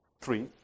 three